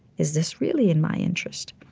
is this really in my interest?